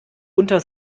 unter